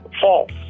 false